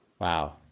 Wow